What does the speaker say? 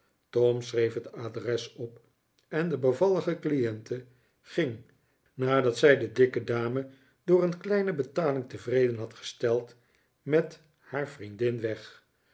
tom schreef het adres op en de bevallige cliente ging nadat zij de dikke dame door een kleine betaling tevreden had gesteld met haar vriendin weg